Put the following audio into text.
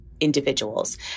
individuals